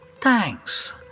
Thanks